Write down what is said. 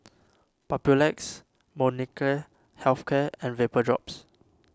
Papulex Molnylcke Health Care and Vapodrops